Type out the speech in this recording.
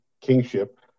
kingship